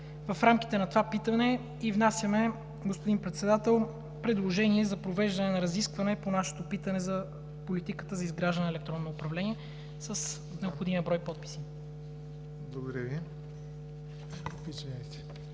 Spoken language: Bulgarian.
в рамките на това питане и внасяме, господин Председател, предложение за разискване по нашето питане за политиката за изграждане на електронно управление с необходимия брой подписи. (Предава на